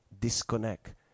disconnect